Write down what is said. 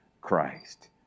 Christ